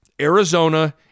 Arizona